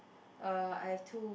uh I've two